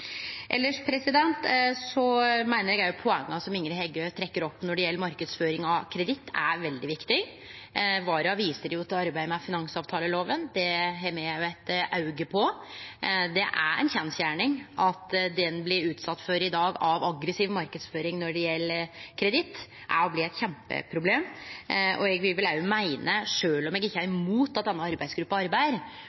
meiner eg at poenga som Ingrid Heggø trekkjer opp når det gjeld marknadsføring av kreditt, er veldig viktig. Wara viser til arbeidet med finansavtalelova – det har me òg eit auge på. Det er ei kjensgjerning at det ein blir utsett for i dag av aggressiv marknadsføring når det gjeld kreditt, er eit kjempeproblem. Eg vil òg meine, sjølv om eg ikkje er